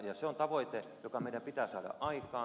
se on tavoite joka meidän pitää saada aikaan